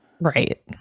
right